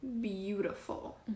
beautiful